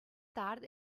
tard